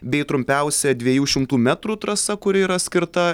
bei trumpiausia dviejų šimtų metrų trasa kuri yra skirta